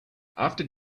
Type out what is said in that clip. after